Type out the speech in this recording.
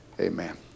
Amen